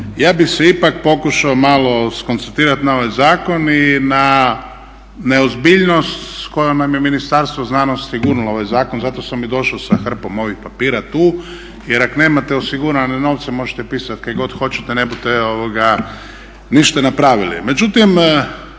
ja bi se ipak pokušao skoncentrirati na ovaj zakon i na neozbiljnost s kojom nam je Ministarstvo znanosti gurnulo ovaj zakon, zato sam i došao sa hrpom ovih papira tu jer ako nemate osigurane novce možete pisati kaj god hoćete ne bute ništa napravili. Međutim,